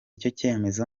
icyemezo